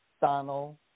Donald